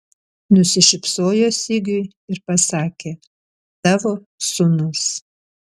nusišypsojo sigiui ir pasakė tavo sūnus